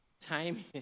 Time